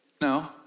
No